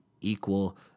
equal